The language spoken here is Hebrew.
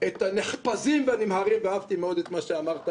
את הנחפזים והנמהרים ואהבתי מאוד את מה שאמרת,